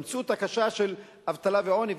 המציאות הקשה של אבטלה ועוני.